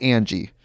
Angie